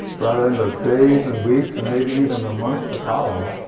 but in the days and weeks and maybe even the months to follow,